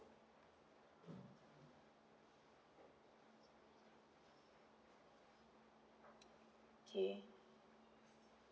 okay